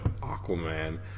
Aquaman